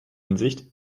hinsicht